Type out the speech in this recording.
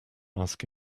ask